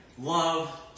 Love